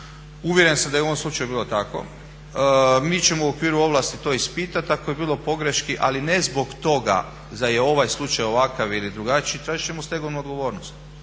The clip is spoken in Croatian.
Uvjeren sam da je u ovom slučaju bilo tako. Mi ćemo u okviru ovlasti to ispitati ako je bilo pogreški, ali ne zbog toga da je ovaj slučaj ovakav ili drugačiji, tražit ćemo stegovnu odgovornost.